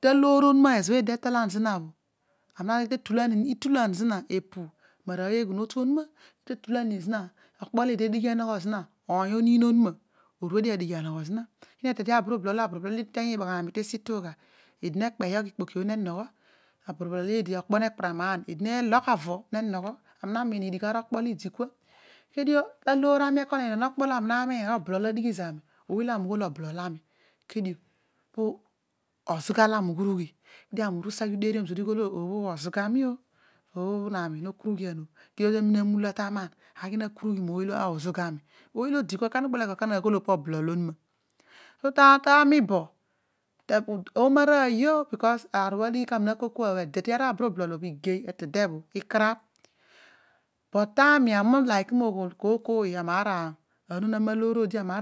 Ta aloor onuma ezo eedi te tolan zina tetulan zina opu ma arooy eghunotu onuma tetu lan lini zina oony oniin onuma orue dio adighi anogho zina ki etede abrublool olo iteeny ibaghami tesi itugha eedi nelape yogh ikpoki eedi okpo nekparaman eedin nelogh aro negho ami namiin idigh ara okpo olo idi kua odi oghol aghol obbo bho ozuga ami obi obho bho nami no kurughian kedio odi tamina amula ta aman aki na kurughi mooy olo odi kua kana obol eko ka aghol odi oblol onuma ta ami bo omo arooy io aar obho adighi kami makol kua kooy kooy amear agona